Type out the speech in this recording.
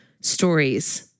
stories